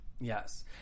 yes